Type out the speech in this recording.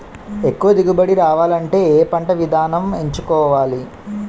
ఎక్కువ దిగుబడి రావాలంటే ఏ పంట విధానం ఎంచుకోవాలి?